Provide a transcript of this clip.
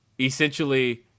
essentially